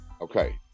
Okay